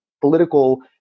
political